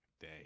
day